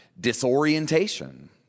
disorientation